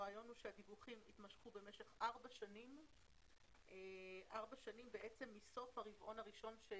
הרעיון שהדיווחים ימשכו במשך ארבע שנים מסוף הרבעון הראשון.